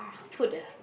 I'll put the